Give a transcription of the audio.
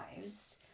lives